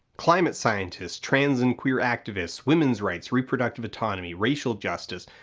climate scientists, trans and queer activists, women's rights, reproductive autonomy, racial justice,